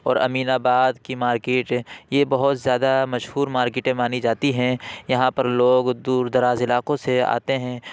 اور امین آباد کی مارکیٹ یہ بہت زیادہ مشہور مارکٹیں مانی جاتی ہیں یہاں پر لوگ دور دراز علاقوں سے آتے ہیں